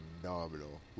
phenomenal